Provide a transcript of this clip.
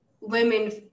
women